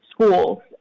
schools